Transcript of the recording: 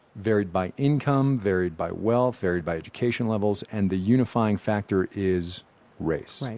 varied by income, varied by wealth, varied by education levels, and the unifying factor is race? like